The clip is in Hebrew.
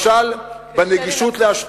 קשה לי להפסיק אותך.